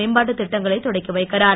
மேம்பாட்டு திட்டங்களை தொடக்கி வைக்கிறார்